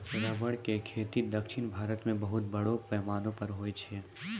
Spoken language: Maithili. रबर के खेती दक्षिण भारत मॅ बहुत बड़ो पैमाना पर होय छै